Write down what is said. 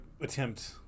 attempt